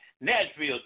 Nashville